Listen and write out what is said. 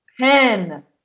Pen